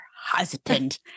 Husband